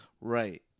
Right